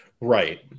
Right